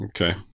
Okay